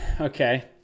okay